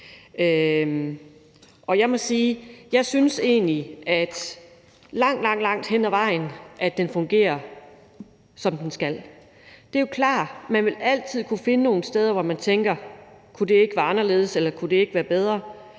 den langt, langt hen ad vejen fungerer, som den skal. Det er jo klart, at man altid vil kunne finde nogle steder, hvor man tænker, om det ikke kunne være anderledes, eller om det